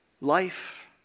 life